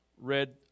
read